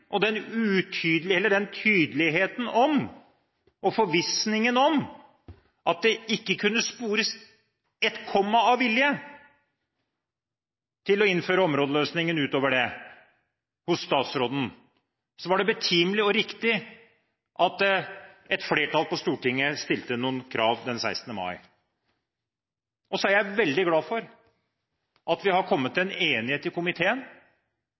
med den usikkerheten, og den tydeligheten om og forvissningen om at det hos statsråden ikke kunne spores et komma av vilje til å innføre områdeløsningen utover det, var det betimelig og riktig at et flertall på Stortinget stilte noen krav den 16. mai. Jeg er også veldig glad for at vi har kommet til en enighet i komiteen,